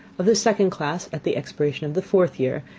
of the second class at the expiration of the fourth year,